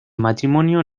matrimonio